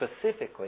specifically